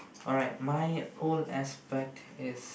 alright my old aspect is